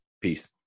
Peace